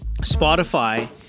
Spotify